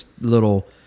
little